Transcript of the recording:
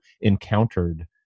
encountered